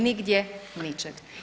Nigdje ničeg.